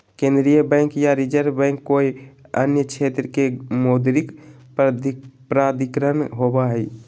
केन्द्रीय बैंक या reserve bank कोय अन्य क्षेत्र के मौद्रिक प्राधिकरण होवो हइ